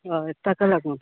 हय ताका लागून